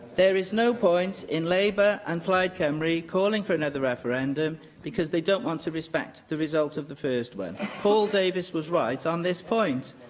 there is no point in labour and plaid cymru calling for another referendum, because they don't want to respect the result of the first one. paul davies was right on this point.